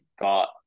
got